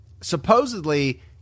Supposedly